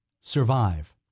survive